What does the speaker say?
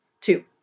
Two